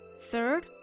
Third